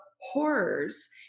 horrors